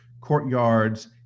courtyards